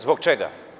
Zbog čega?